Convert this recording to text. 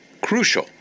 crucial